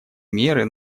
меры